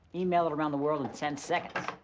email it around the world in ten seconds.